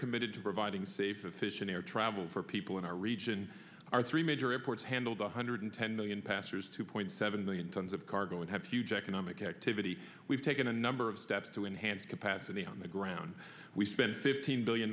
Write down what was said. committed to providing safe of fission air travel for people in our region are three major airports handled one hundred ten million pastors two point seven million tons of cargo and have huge economic activity we've taken a number of steps to enhance capacity on the ground we spent fifteen billion